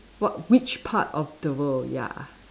what which part of the world ya